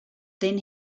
then